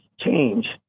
change